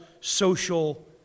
social